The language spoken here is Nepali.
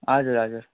हजुर हजुर